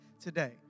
today